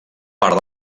part